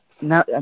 Now